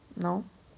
no